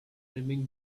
swimming